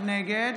נגד